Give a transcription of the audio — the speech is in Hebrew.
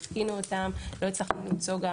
לא הצלחנו למצוא תכליות,